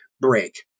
break